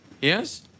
Yes